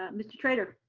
mr. trader.